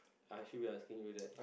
I feel like asking you that